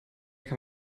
kann